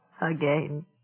again